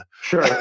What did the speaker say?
sure